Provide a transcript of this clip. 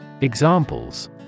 Examples